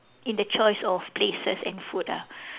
in the choice of places and food ah